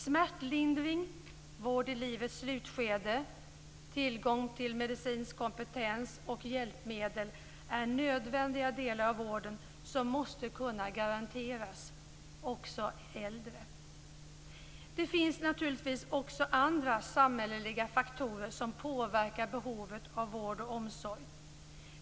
Smärtlindring, vård i livets slutskede, tillgång till medicinsk kompetens och hjälpmedel är nödvändiga delar av vården som måste kunna garanteras också äldre. Det finns naturligtvis också andra samhälleliga faktorer som påverkar behovet av vård och omsorg.